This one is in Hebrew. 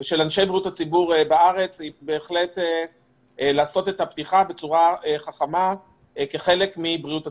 היא לבצע את הפתיחה בצורה חכמה כחלק מבריאות הציבור,